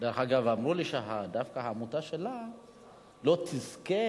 דרך אגב, אמרו לי שדווקא העמותה שלה לא תזכה.